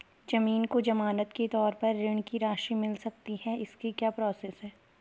ज़मीन को ज़मानत के तौर पर ऋण की राशि मिल सकती है इसकी क्या प्रोसेस है?